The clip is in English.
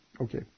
Okay